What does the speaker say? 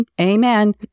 Amen